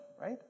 right